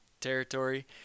territory